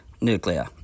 nuclear